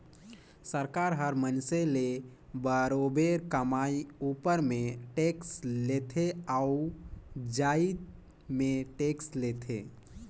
सरकार हर मइनसे ले बरोबेर कमई उपर में टेक्स लेथे अउ जाएत में टेक्स लेथे